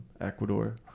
Ecuador